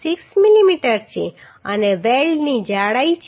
6 millimetre છે અને વેલ્ડની જાડાઈ છે